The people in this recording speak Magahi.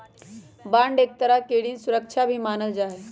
बांड के एक तरह के ऋण सुरक्षा भी मानल जा हई